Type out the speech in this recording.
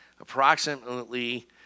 approximately